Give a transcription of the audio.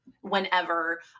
whenever